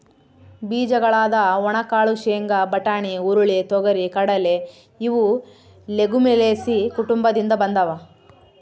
ಬೀಜಗಳಾದ ಒಣಕಾಳು ಶೇಂಗಾ, ಬಟಾಣಿ, ಹುರುಳಿ, ತೊಗರಿ,, ಕಡಲೆ ಇವು ಲೆಗುಮಿಲೇಸಿ ಕುಟುಂಬದಿಂದ ಬಂದಾವ